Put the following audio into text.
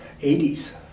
80s